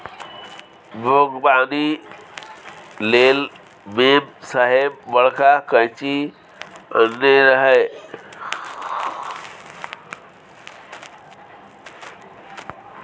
बागबानी लेल मेम साहेब बड़का कैंची आनने रहय